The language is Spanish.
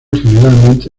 generalmente